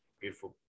beautiful